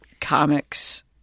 comics –